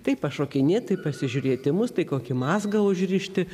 tai pašokinėt tai pasižiūrėt į mus tai kokį mazgą užrišti